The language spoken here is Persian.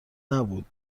نبود